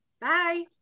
bye